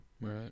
Right